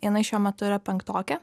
jinai šiuo metu yra penktokė